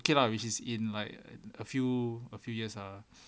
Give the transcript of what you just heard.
okay lah which is in like a few a few years ah